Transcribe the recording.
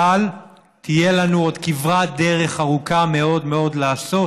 אבל תהיה לנו עוד כברת דרך ארוכה מאוד מאוד לעשות